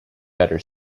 better